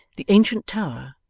the ancient tower,